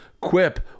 Quip